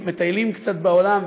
מטיילים קצת בעולם,